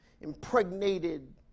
impregnated